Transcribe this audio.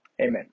Amen